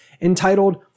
entitled